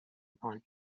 upon